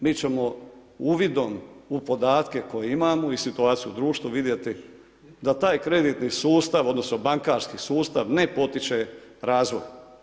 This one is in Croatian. Mi ćemo uvidom u podatke koje imamo i situaciju u društvu vidjeti da taj kreditni sustav odnosno bankarski sustav ne potiče razvoj.